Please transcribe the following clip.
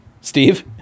Steve